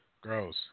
gross